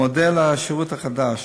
מודל השירות החדש: